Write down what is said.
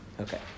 Okay